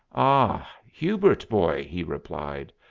ah, hubert boy, he replied,